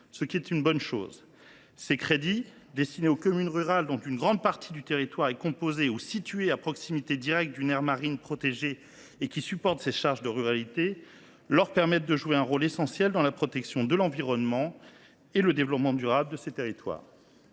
ce qui est une bonne chose. Ces crédits, destinés aux communes rurales dont une grande partie du territoire est composé ou situé à proximité directe d’une aire marine protégée et qui supportent ces charges de ruralité, leur permettent de jouer un rôle essentiel dans la protection de l’environnement et le développement durable de leur territoire.